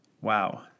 Wow